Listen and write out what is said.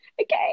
okay